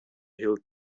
hill